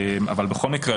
בכל מקרה,